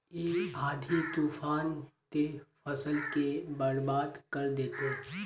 इ आँधी तूफान ते फसल के बर्बाद कर देते?